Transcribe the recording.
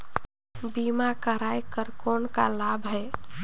बीमा कराय कर कौन का लाभ है?